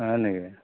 হয় নেকি